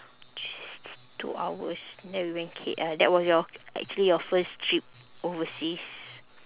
two hours then we went K_L that was your actually your first trip overseas